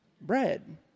Bread